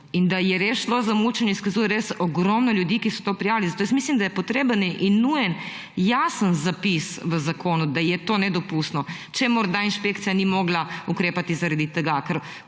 In da je res šlo za mučenje, izkazuje res ogromno ljudi, ki so to prijavili, zato mislim, da je potreben in nujen jasen zapis v zakonu, da je to nedopustno, če morda inšpekcija ni mogla ukrepati zaradi tega.